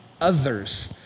others